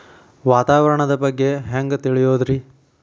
ವಾತಾವರಣದ ಬಗ್ಗೆ ಹ್ಯಾಂಗ್ ತಿಳಿಯೋದ್ರಿ?